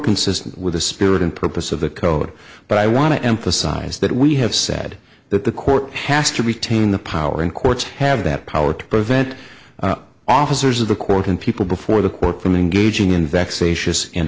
consistent with the spirit and purpose of the code but i want to emphasize that we have said that the court has to retain the power and courts have that power to prevent officers of the court and people before the